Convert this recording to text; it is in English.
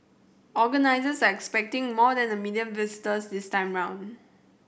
organisers are expecting more than a million visitors this time round